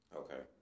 okay